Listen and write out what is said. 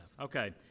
Okay